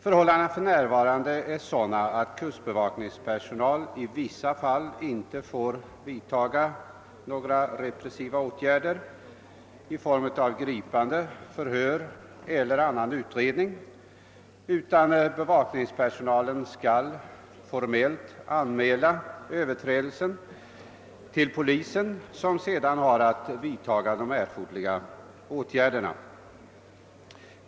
Enligt nuvarande bestämmelser får kustbevakningspersonal i vissa fall inte vidtaga några repressiva åtgärder i form av gripande, förhör eller annan utredning. Bevakningspersonalen skall formellt anmäla överträdelsen till polisen, som sedan har att vidtaga de erforderliga åtgärderna.